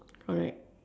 alright